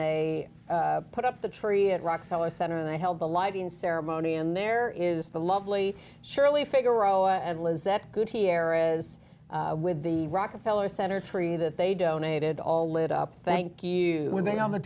they put up the tree at rockefeller center and they held the lighting ceremony and there is the lovely surely figaro and lizette good here as with the rockefeller center tree that they donated all lit up thank you when they on the